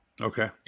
Okay